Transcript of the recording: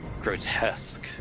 grotesque